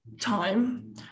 time